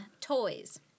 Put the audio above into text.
Toys